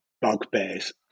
bugbears